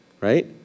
right